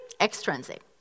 extrinsic